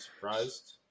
surprised